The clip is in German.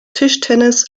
tischtennis